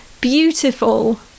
beautiful